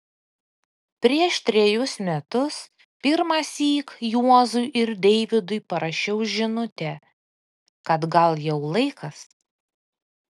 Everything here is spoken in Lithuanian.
prieš trejus metus pirmąsyk juozui ir deivydui parašiau žinutę kad gal jau laikas